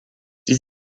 dies